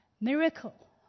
miracle